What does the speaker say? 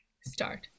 Start